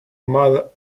mother